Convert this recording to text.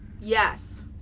yes